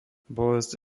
bolesť